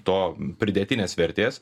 to pridėtinės vertės